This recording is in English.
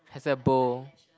has a bow